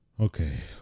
Okay